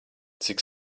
cik